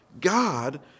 God